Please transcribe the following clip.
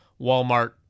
Walmart